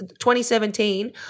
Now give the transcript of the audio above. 2017